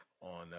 on